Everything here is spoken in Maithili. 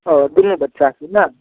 ओ दुनू बच्चाके ने